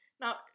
now